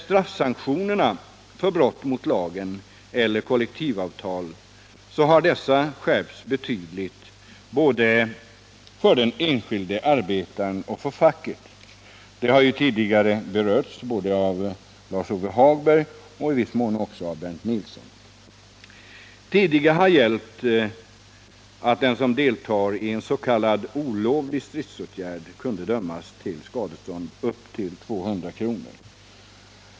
Straffsanktionerna för brott mot lagen eller mot kollektivavtal har skärpts betydligt både för den enskilde arbetaren och för facket — detta har tidigare berörts både av Lars-Ove Hagberg och i viss mån också av Bernt Nilsson. Tidigare har gällt att den som deltog i s.k. olovlig stridsåtgärd kunde dömas till skadestånd med upp till 200 kr.